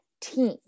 team